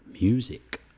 Music